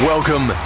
Welcome